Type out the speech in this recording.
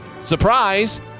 Surprise